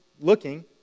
looking